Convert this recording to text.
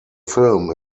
film